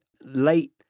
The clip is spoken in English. late